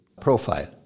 profile